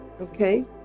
Okay